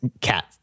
cat